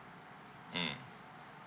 mm